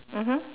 mmhmm